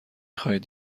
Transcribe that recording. خواهید